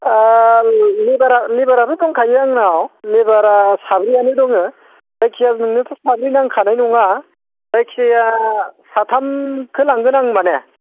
लेभारा लेभाराबो दंखायो आंनाव लेभारा साब्रैयानो दङ जायखिया नोंनोथ' साब्रै नांखानाय नङा जायखिया साथामखौ लागोन आङो माने